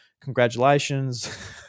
Congratulations